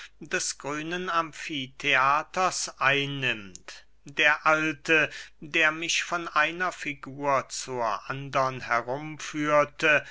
des grünen amfitheaters einnimmt der alte der mich von einer figur zur andern herumführte